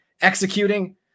executing